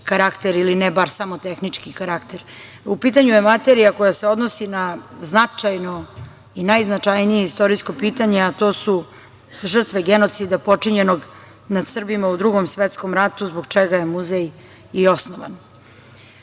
karakter, ili ne bar samo tehnički karakter. U pitanju je materija koja se odnosi na značajno i najznačajnije istorijsko pitanje, a to su žrtve genocida počinjenog nad Srbima u Drugom svetskom ratu, zbog čega je muzej i osnovan. Muzej